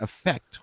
effect